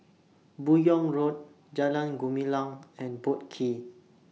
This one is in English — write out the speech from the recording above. Buyong Road Jalan Gumilang and Boat Quay